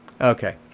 Okay